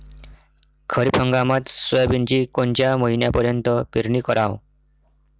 खरीप हंगामात सोयाबीनची कोनच्या महिन्यापर्यंत पेरनी कराव?